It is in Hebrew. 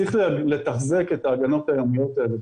צריך לתחזק את ההגנות הימיות האלה.